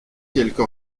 quelque